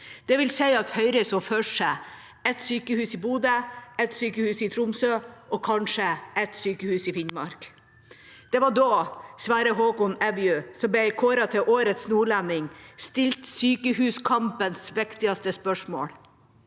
dvs. at Høyre så for seg et sykehus i Bodø, et sykehus i Tromsø og kanskje et sykehus i Finnmark. Det var da Sverre Håkon Evju, som ble kåret til årets nordlending, stilte sykehuskampens viktigste spørsmål: